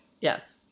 Yes